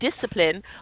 discipline